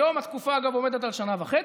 היום, אגב, התקופה עומדת על שנה וחצי,